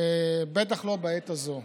ובטח לא בעת הזאת.